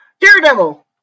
daredevil